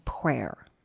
prayer